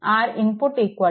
R input RThevenin